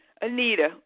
Anita